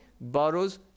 borrows